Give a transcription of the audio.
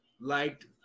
liked